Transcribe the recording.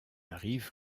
arrive